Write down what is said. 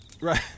right